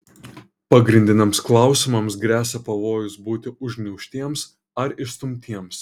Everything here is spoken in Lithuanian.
pagrindiniams klausimams gresia pavojus būti užgniaužtiems ar išstumtiems